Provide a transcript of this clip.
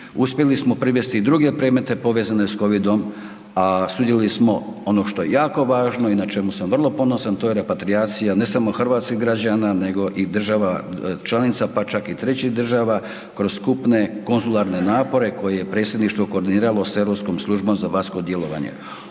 Uspjeli smo privesti i druge predmete povezane s kovidom, a sudjelovali smo ono što je jako važno i na čemu sam vrlo ponosan to je repatrijacija ne samo hrvatskih građana nego i država članica pa čak i trećih država kroz skupne konzularne napore koje je predsjedništvo koordiniralo s Europskom službom za vanjsko djelovanje.